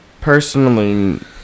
Personally